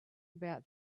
about